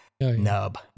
Nub